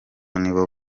nibo